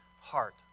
heart